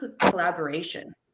collaboration